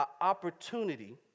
opportunity